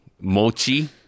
mochi